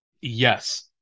yes